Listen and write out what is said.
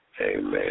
Amen